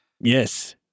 Yes